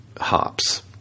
hops